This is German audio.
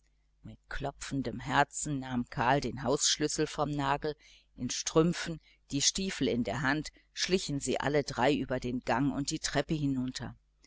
mit klopfendem herzen nahm karl den hausschlüssel vom nagel in strümpfen die stiefel in der hand schlichen sie alle drei über den gang und die treppe hinunter